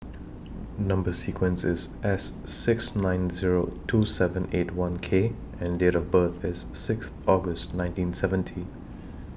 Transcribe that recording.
Number sequence IS S six nine Zero two seven eight one K and Date of birth IS Sixth August nineteen seventy